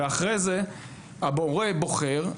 אחרי זה המורה בוחר,